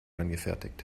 angefertigt